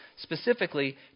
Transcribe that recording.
specifically